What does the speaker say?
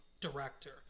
director